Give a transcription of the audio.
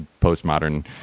postmodern